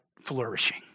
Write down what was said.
flourishing